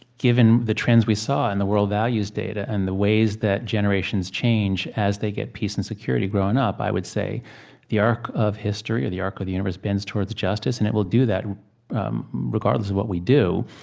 given the trends we saw in and the world values data, and the ways that generations change as they get peace and security growing up, i would say the arc of history, or the arc of the universe, bends towards justice, and it will do that um regardless of what we do.